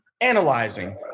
analyzing